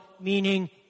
meaning